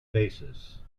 basis